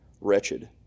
wretched